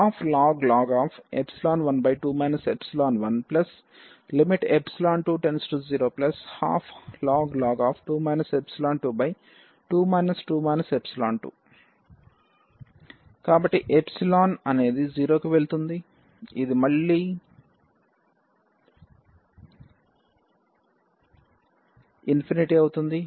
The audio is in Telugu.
12ln 12 1 2012ln 2 22 కాబట్టి అనేది 0 కి వెళుతుంది ఇది మళ్ళీ అవుతుంది